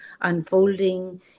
unfolding